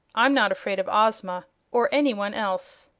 i'm not afraid of ozma or anyone else.